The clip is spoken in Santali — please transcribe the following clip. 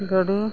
ᱜᱟᱹᱰᱤ